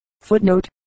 Footnote